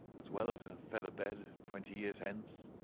as well as in a feather bed, twenty years hence,